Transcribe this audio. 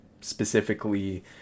specifically